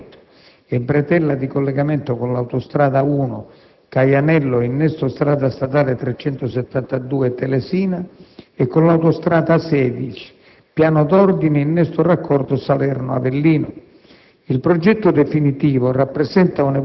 collegamento autostradale Caserta-Benevento e Bretella di collegamento con l'autostrada Al (Caianello-innesto strada statale 372 "Telesina") e con l'autostrada A16 (Pianodordine-innesto raccordo Salerno-Avellino).